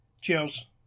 Cheers